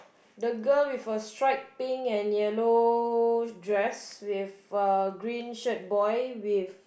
the girl with a striped pink and yellow dress with a green shirt boy with